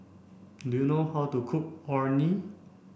do you know how to cook Orh Nee